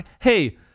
hey